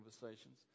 conversations